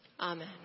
Amen